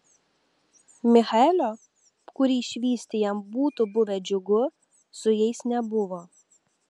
michaelio kurį išvysti jam būtų buvę džiugu su jais nebuvo